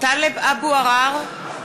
טלב אבו עראר,